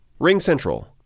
RingCentral